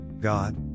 God